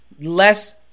less